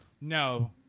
No